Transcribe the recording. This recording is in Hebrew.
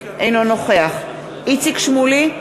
אינו נוכח איציק שמולי,